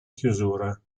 chiusura